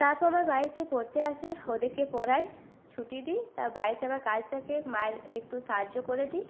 তারপর আমার বাড়িতে পড়তে আসে ওদেরকে পড়াই ছুটি দিই তা বাড়িতে আবার কাজ থাকে মায়ের একটু সাহায্য করে দিই